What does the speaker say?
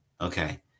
okay